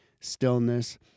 stillness